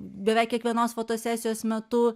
beveik kiekvienos fotosesijos metu